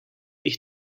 ich